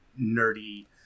nerdy